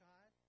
God